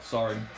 Sorry